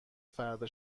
فردا